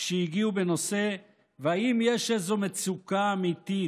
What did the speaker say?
שהגיעו בנושא ואם יש איזו מצוקה אמיתית.